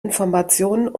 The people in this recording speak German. informationen